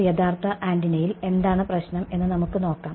ഒരു യഥാർത്ഥ ആന്റിനയിൽ എന്താണ് പ്രശ്നം എന്ന് നമുക്ക് നോക്കാം